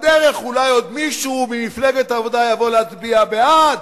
בדרך אולי עוד מישהו ממפלגת העבודה יבוא להצביע בעד,